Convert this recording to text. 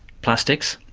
plastics,